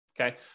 Okay